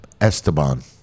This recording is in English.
Esteban